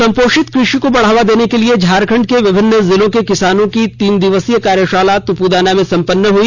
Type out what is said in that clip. संपोषित कृषि को बढ़ावा देने के लिए झारखंड के विभिन्न जिलों के किसानों की तीन दिवसीय कार्यशाला तुपुदाना में हुई